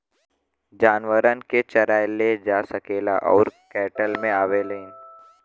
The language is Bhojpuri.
जानवरन के चराए ले जा सकेला उ कैटल मे आवेलीन